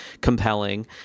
compelling